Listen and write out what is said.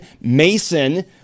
Mason